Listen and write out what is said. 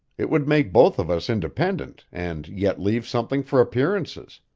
it would make both of us independent, and yet leave something for appearances.